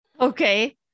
Okay